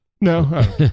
No